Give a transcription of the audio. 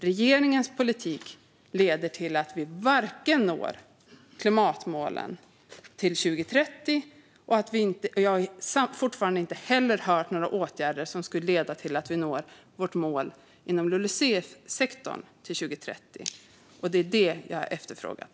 Regeringens politik leder till att vi inte når klimatmålen till 2030. Jag har heller ännu inte hört om några åtgärder som skulle leda till att vi når vårt mål inom LULUCF-sektorn till 2030. Det är detta jag har efterfrågat.